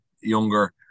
younger